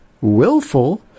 willful